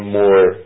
more